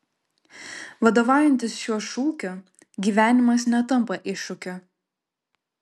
vadovaujantis šiuo šūkiu gyvenimas netampa iššūkiu